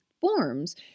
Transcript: forms